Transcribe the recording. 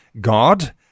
God